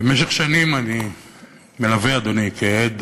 במשך שנים אני מלווה, אדוני, כעד